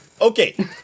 Okay